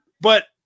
But-